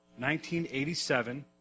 1987